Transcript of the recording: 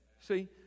see